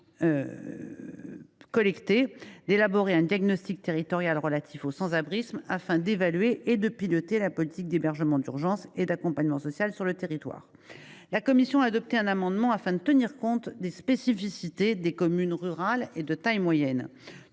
collectées, d’élaborer un diagnostic territorial relatif au sans abrisme afin d’évaluer et de piloter la politique d’hébergement d’urgence et d’accompagnement social sur le territoire concerné. La commission a adopté un amendement afin de tenir compte des spécificités des communes rurales et de taille moyenne,